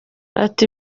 ati